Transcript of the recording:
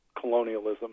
colonialism